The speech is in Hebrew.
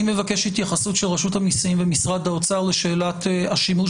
אני מבקש התייחסות של רשות המסים ומשרד האוצר לשאלת השימוש